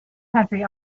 country